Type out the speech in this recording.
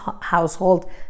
household